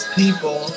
people